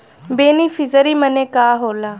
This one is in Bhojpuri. बेनिफिसरी मने का होला?